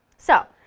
so,